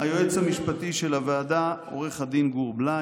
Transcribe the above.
היועץ המשפטי של הוועדה עו"ד גור בליי,